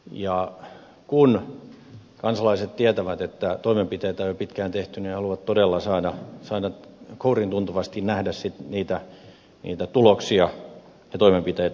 ja kun kansalaiset tietävät että toimenpiteitä on jo pitkään tehty he haluavat todella saada kouriintuntuvasti nähdä niitä tuloksia ja toimenpiteitä joita tehdään